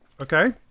Okay